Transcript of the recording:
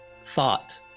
thought